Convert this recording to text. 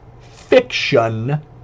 fiction